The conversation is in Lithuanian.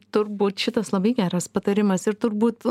turbūt šitas labai geras patarimas ir turbūt